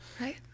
Right